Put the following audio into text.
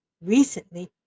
recently